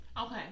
Okay